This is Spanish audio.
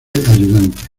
ayudante